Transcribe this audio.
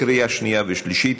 לקריאה שנייה ושלישית.